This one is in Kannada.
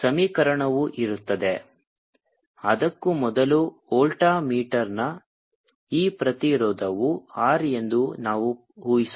ಸಮೀಕರಣವು ಇರುತ್ತದೆ ಅದಕ್ಕೂ ಮೊದಲು ವೋಲ್ಟಾ ಮೀಟರ್ನ ಈ ಪ್ರತಿರೋಧವು R ಎಂದು ನಾವು ಊಹಿಸೋಣ